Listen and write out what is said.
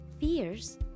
fears